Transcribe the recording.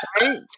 Right